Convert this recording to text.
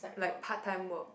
like part time work